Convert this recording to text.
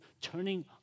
turning